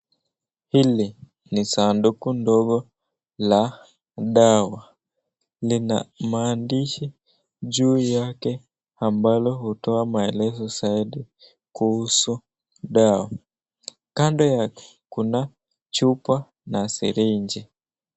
Hili ni saduku ndogo la dawa lina maandishi juu yake ambalo hutowa maelezo zaidi kuhusu dawa, kando yake kuna chupa na siringi.